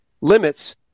limits